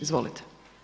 Izvolite.